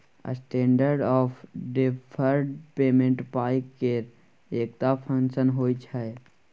standard of deferred payment पाइ केर एकटा फंक्शन होइ छै